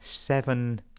Seven